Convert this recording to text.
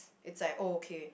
it's like okay